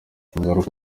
ingaruka